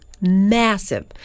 massive